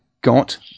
got